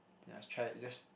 ya try it just